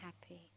happy